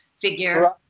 figure